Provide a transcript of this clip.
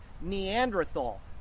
Neanderthal